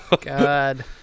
God